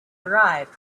arrived